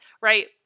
right